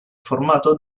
formato